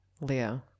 leo